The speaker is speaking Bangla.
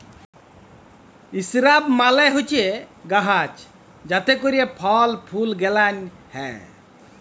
ইসরাব মালে হছে গাহাচ যাতে ক্যইরে ফল ফুল গেলাল হ্যয়